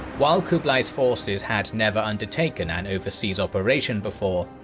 while kublai's forces had never undertaken an overseas operation before,